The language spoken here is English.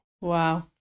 Wow